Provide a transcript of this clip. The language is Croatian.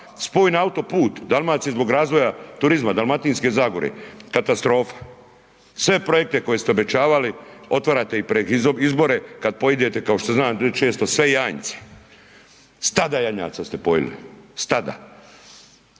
spoj na autoput Dalmacije zbog razvoja turizma, Dalmatinske zagore, katastrofa. Sve projekte koje ste obećavali otvarate ih pred izbore, kada pojidete kao što znam reći često sve janjce. Stada janjaca ste pojeli, stada,